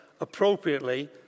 appropriately